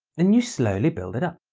then you slowly build it up.